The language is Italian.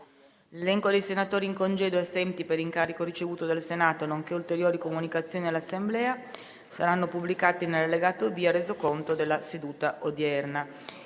L'elenco dei senatori in congedo e assenti per incarico ricevuto dal Senato, nonché ulteriori comunicazioni all'Assemblea saranno pubblicati nell'allegato B al Resoconto della seduta odierna.